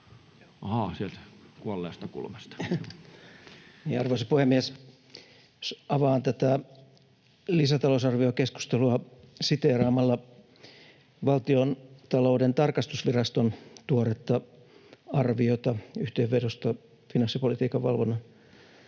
— Sieltä kuolleesta kulmasta. Arvoisa puhemies! Avaan tätä lisätalousarviokeskustelua siteeraamalla Valtiontalouden tarkastusviraston tuoretta arviota yhteenvedosta finanssipolitiikan valvonnan